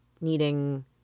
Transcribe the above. needing